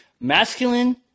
Masculine